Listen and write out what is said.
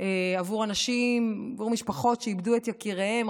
בעבור אנשים, בעבור משפחות שאיבדו את יקיריהן.